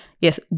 Yes